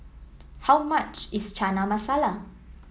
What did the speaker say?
how much is Chana Masala